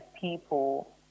people